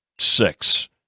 six